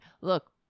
Look